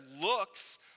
looks